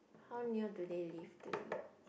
how near do they live to you